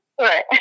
Right